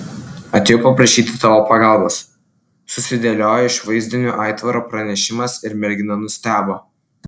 atėjau paprašyti tavo pagalbos susidėliojo iš vaizdinių aitvaro pranešimas ir mergina nustebo